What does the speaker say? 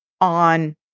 on